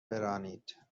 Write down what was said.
برانید